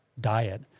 diet